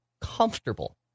comfortable